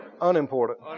Unimportant